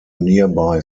nearby